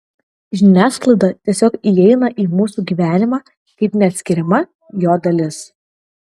žiniasklaida tiesiog įeina į mūsų gyvenimą kaip neatskiriama jo dalis